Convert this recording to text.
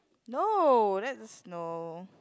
no that's no